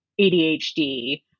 ADHD